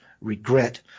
regret